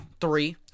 Three